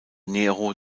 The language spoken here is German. nero